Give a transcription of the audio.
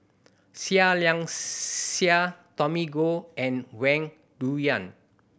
Seah Liang Seah Tommy Koh and Wang Dayuan